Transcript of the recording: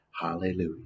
Hallelujah